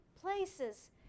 places